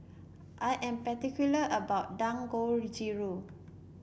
I am particular about Dangojiru